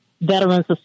Veterans